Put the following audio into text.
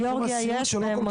גיאורגיה יש במוסדות סיעוד.